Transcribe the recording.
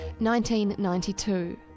1992